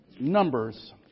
Numbers